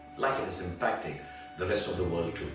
like it is impacting the rest of the world, too.